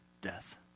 death